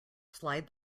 slide